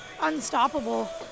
unstoppable